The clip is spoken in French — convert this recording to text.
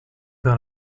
vers